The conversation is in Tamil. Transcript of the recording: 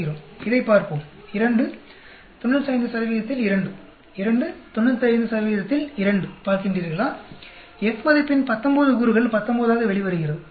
இதைப் பார்ப்போம் 2 95 இல் 2 2 95இல் 2பார்க்கின்றீர்களா F மதிப்பின் 19 கூறுகள் 19 ஆக வெளிவருகிறது சரியா